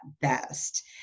best